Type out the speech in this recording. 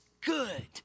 good